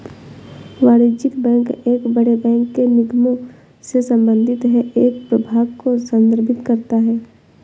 वाणिज्यिक बैंक एक बड़े बैंक के निगमों से संबंधित है एक प्रभाग को संदर्भित करता है